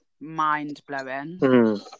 mind-blowing